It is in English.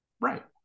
Right